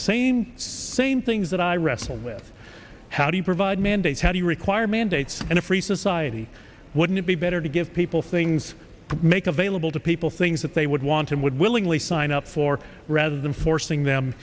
same same things that i wrestle with how do you provide mandates how do you require mandates in a free society wouldn't it be better to give people things to make available to people things that they would want and would willingly sign up for rather than forcing them